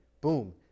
boom